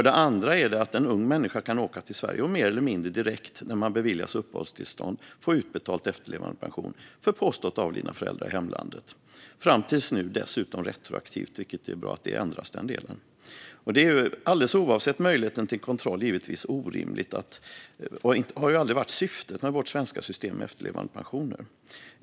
Den andra är att en ung människa kan åka till Sverige och mer eller mindre direkt efter att ha beviljats uppehållstillstånd få efterlevandepension utbetald för påstått avlidna föräldrar i hemlandet, fram till nu dessutom retroaktivt - det är bra att den delen ändras. Alldeles oavsett möjligheten till kontroll är detta givetvis orimligt, och det har aldrig varit syftet med vårt svenska system med efterlevandepensioner.